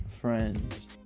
friends